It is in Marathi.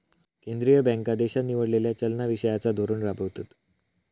केंद्रीय बँका देशान निवडलेला चलना विषयिचा धोरण राबवतत